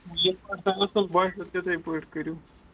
یِتھٕ پٲٹھۍ تۄہہِ اصٕل باسِو تِتھٕے پٲٹھۍ کٔرِو